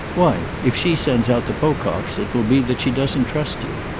why if she sends out the pococks it will be that she doesn't trust you,